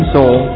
Soul